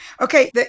Okay